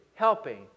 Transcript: helping